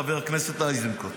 חבר הכנסת איזנקוט.